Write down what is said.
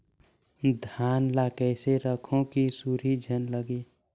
धान ल कइसे रखव कि सुरही झन लगे?